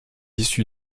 issue